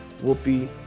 Whoopi